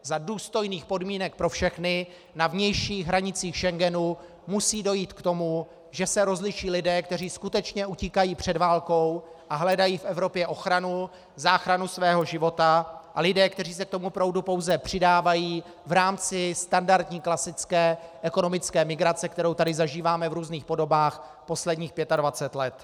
Za důstojných podmínek pro všechny na vnějších hranicích Schengenu musí dojít k tomu, že se rozliší lidé, kteří skutečně utíkají před válkou a hledají v Evropě ochranu, záchranu svého života, a lidé, kteří se k tomu proudu pouze přidávají v rámci standardní klasické ekonomické migrace, kterou tady zažíváme v různých podobách posledních 25 let.